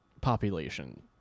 population